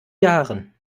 jahren